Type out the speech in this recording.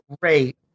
great